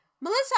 Melissa